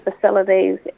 facilities